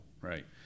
Right